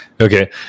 okay